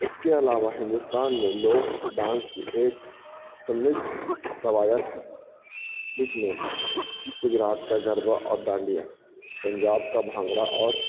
اس کے علاوہ ہندوستان میں لوک ڈانس کی ایک سمردھ روایت ہے جس میں گجرات کا گربا اور ڈانڈیا پنجاب کا بھانگڑا اور